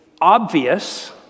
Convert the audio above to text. obvious